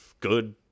good